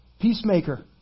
peacemaker